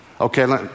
Okay